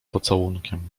pocałunkiem